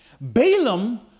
Balaam